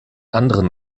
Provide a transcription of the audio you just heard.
anderen